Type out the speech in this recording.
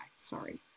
Sorry